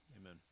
Amen